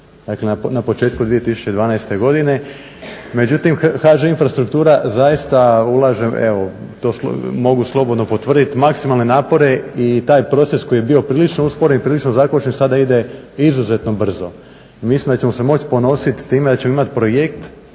dakle na početku 2012. godine. Međutim, HŽ infrastruktura zaista ulažem evo to mogu slobodno potvrditi maksimalne napore i taj proces koji je bio prilično usporen i prilično zakočen sada ide izuzetno brzo. I mislim da ćemo se moći ponositi s time da ćemo imati projekt